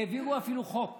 העבירו אפילו חוק